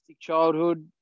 childhood